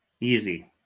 Easy